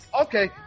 Okay